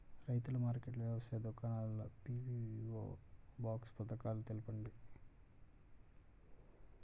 రైతుల మార్కెట్లు, వ్యవసాయ దుకాణాలు, పీ.వీ.ఓ బాక్స్ పథకాలు తెలుపండి?